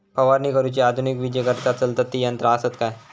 फवारणी करुची आधुनिक विजेवरती चलतत ती यंत्रा आसत काय?